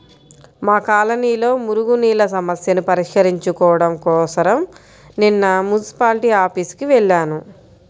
మా కాలనీలో మురుగునీళ్ళ సమస్యని పరిష్కరించుకోడం కోసరం నిన్న మున్సిపాల్టీ ఆఫీసుకి వెళ్లాను